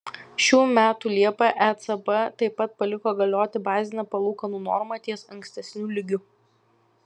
šių metų liepą ecb taip pat paliko galioti bazinę palūkanų normą ties ankstesniu lygiu